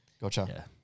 Gotcha